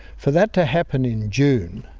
for that to happen in june,